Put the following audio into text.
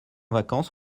vacances